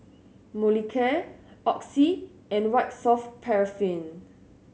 Molicare Oxy and White Soft Paraffin